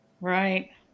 Right